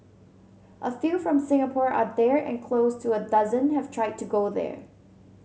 a few from Singapore are there and close to a dozen have tried to go there